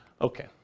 Okay